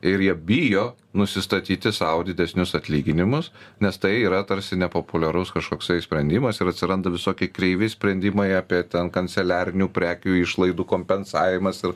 ir jie bijo nusistatyti sau didesnius atlyginimus nes tai yra tarsi nepopuliarus kažkoksai sprendimas ir atsiranda visoki kreivi sprendimai apie ten kanceliarinių prekių išlaidų kompensavimas ir